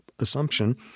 assumption